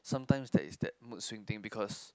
sometimes there is that mood swing thing because